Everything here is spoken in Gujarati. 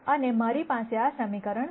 અને મારી પાસે આ સમીકરણ છે